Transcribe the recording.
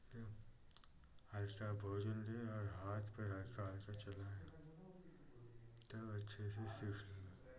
ठीक है हल्का भोजन लें और हाथ पैर हल्का हल्का चलाएँ तब अच्छे से सीख लेंगे